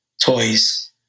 toys